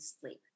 sleep